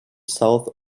south